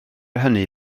hynny